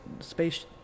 Space